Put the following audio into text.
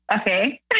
Okay